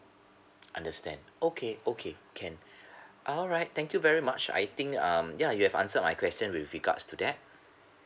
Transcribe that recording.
understand okay okay can alright thank you very much I think um ya you have answer my question with regards to that